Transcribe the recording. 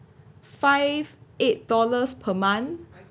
five eight dollars per month